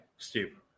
Steve